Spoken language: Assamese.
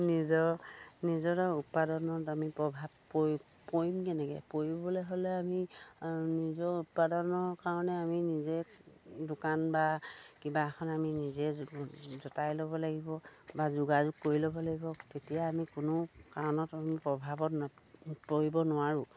নিজৰ নিজৰ উৎপাদানত আমি প্ৰভাৱ পৰিম কেনেকৈ পৰিবলৈ হ'লে আমি নিজৰ উৎপাদনৰৰ কাৰণে আমি নিজে দোকান বা কিবা এখন আমি নিজে যতাই ল'ব লাগিব বা যোগাযোগ কৰি ল'ব লাগিব তেতিয়া আমি কোনো কাৰণত আমি প্ৰভাৱত পৰিব নোৱাৰোঁ